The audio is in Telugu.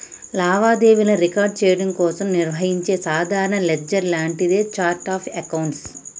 లావాదేవీలను రికార్డ్ చెయ్యడం కోసం నిర్వహించే సాధారణ లెడ్జర్ లాంటిదే ఛార్ట్ ఆఫ్ అకౌంట్స్